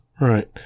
Right